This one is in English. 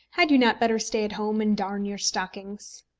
had you not better stay at home and darn your stockings?